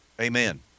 Amen